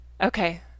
okay